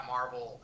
Marvel